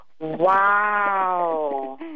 Wow